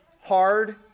hard